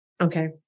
Okay